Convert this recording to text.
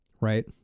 right